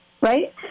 Right